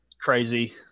crazy